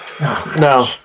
no